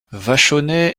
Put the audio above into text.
vachonnet